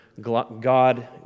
God